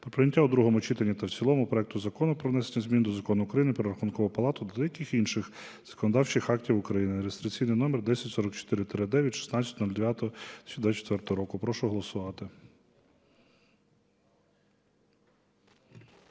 прийняття в другому читанні та в цілому проекту Закону "Про внесення змін до Закону України "Про Рахункову палату" та деяких інших законодавчих актів України (реєстраційний номер 10044-д від 16.09.2024 року). Прошу голосувати.